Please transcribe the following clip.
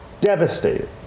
Devastated